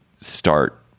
start